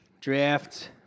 Draft